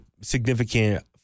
significant